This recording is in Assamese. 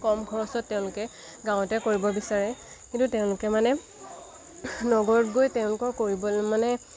কম খৰচত তেওঁলোকে গাঁৱতে কৰিব বিচাৰে কিন্তু তেওঁলোকে মানে নগৰত গৈ তেওঁলোকৰ কৰিবলৈ মানে